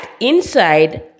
inside